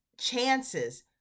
chances